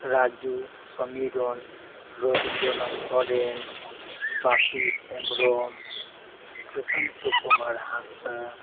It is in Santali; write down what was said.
ᱨᱟᱡᱩ ᱥᱚᱢᱤᱨᱚᱱ ᱨᱚᱵᱤᱱᱫᱽᱨᱚᱱᱟᱛᱷ ᱥᱚᱨᱮᱱ ᱵᱟᱯᱤ ᱦᱮᱱᱵᱽᱨᱚᱢ ᱯᱨᱚᱥᱟᱱᱛᱚ ᱠᱩᱢᱟᱨ ᱦᱟᱸᱥᱫᱟ